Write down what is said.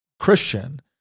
christian